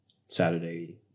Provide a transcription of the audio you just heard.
Saturday